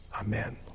amen